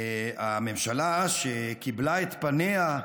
הממשלה ש"קיבלה את פניה",